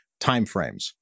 timeframes